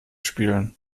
spielen